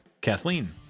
Kathleen